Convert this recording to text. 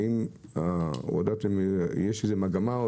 האם יש מגמה או